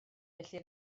felly